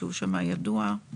שהוא שמאי ידוע.